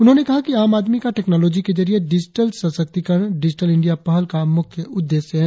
उन्होंने कहा कि आम आदमी का टेक्नॉलोजी के जरिए डिजिटल सशक्तिकरण डिजिटल इंडिया पहल का मुख्य उद्देश्य है